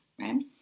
right